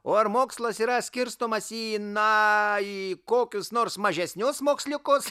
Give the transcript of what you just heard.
o ar mokslas yra skirstomas į na į kokius nors mažesnius moksliukus